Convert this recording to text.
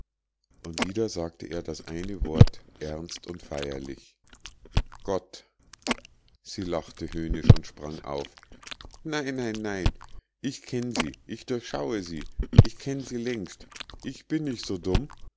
und wieder sagte er das eine wort ernst und feierlich gott sie lachte höhnisch und sprang auf nein nein nein ich kenn sie ich durchschaue sie ich kenn sie längst ich bin nich so dumm